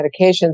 medications